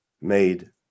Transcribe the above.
made